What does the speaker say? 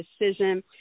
decision